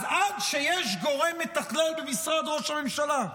אז עד שיש גורם מתכלל במשרד ראש הממשלה,